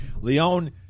Leon